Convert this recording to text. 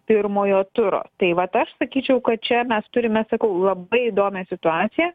pirmojo turo tai vat aš sakyčiau kad čia mes turime sakau labai įdomią situaciją